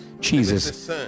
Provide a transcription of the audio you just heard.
Jesus